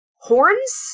horns